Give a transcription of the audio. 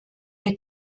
der